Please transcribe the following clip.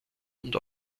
und